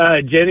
Jenny